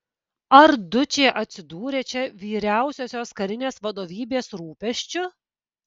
ar dučė atsidūrė čia vyriausiosios karinės vadovybės rūpesčiu